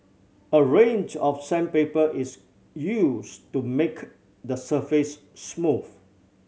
a range of sandpaper is used to make the surface smooth